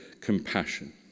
compassion